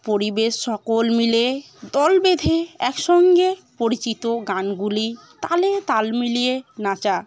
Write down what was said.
পরিবেশ সকল মিলে দল বেঁধে একসঙ্গে পরিচিত গানগুলি তালে তাল মিলিয়ে নাচা